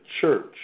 church